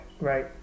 Right